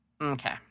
Okay